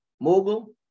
mogul